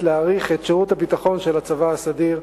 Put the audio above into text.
להאריך את שירות הביטחון של הצבא הסדיר,